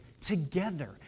together